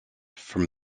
from